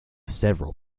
several